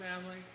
family